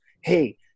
hey